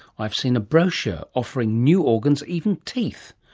i've seen a brochure offering new organs, even teeth.